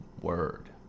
word